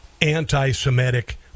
anti-Semitic